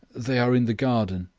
they are in the garden.